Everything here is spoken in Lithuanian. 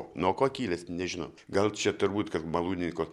nuo kokybės nežinau gal čia turbūt kad malūnininko